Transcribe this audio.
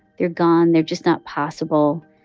they're gone. they're just not possible.